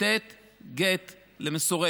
לתת גט למסורבת.